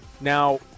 Now